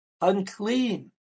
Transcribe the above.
unclean